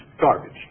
garbage